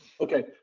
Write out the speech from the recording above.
Okay